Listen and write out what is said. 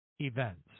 events